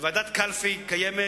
ועדת קלפי קיימת,